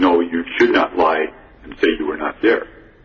no you should not lie and say you were not there